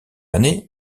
année